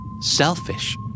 Selfish